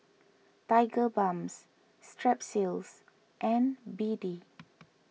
Tigerbalm Strepsils and B D